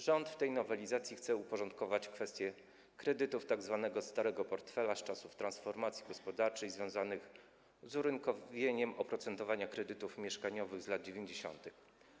Rząd w tej nowelizacji chce uporządkować kwestię kredytów tzw. starego portfela z czasów transformacji gospodarczej, związanych z urynkowieniem oprocentowania kredytów mieszkaniowych z lat 90.